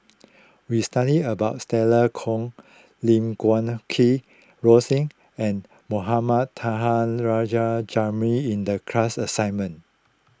we studied about Stella Kon Lim Guat Kheng Rosie and Mohamed Taha Jamil in the class assignment